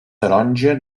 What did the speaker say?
taronja